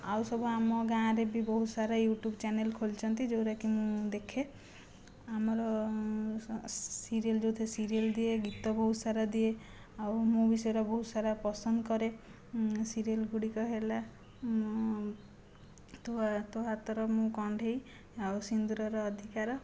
ଆଉ ସବୁ ଆମ ଗାଁରେ ବି ବହୁତ ସାରା ୟୁଟ୍ୟୁବ ଚ୍ୟାନେଲ ଖୋଲିଚନ୍ତି ଯେଉଁ ଗୁରାକି ମୁଁ ଦେଖେ ଆମର ସିରିଏଲ ଯେଉଁଥିରେ ସିରିଏଲ ଦିଏ ଗୀତ ବହୁତ ସାରା ଦିଏ ଆଉ ମୁଁ ବି ସେରା ବହୁତ ସାରା ପ୍ରସନ୍ଦ କରେ ସିରିଏଲ ଗୁଡ଼ିକ ହେଲା ତୋ ତୋ ହାତର ମୁଁ କଣ୍ଢେଇ ଆଉ ସିନ୍ଦୁରର ଅଧିକାର